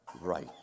right